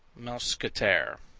mousquetaire,